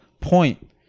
point